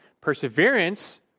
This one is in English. Perseverance